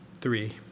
three